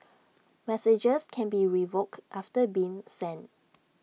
messages can be revoked after being sent